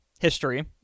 history